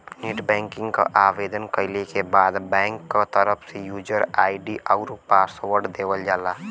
net banking क आवेदन कइले के बाद बैंक क तरफ से यूजर आई.डी आउर पासवर्ड देवल जाला